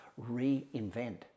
reinvent